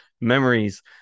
memories